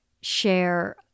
share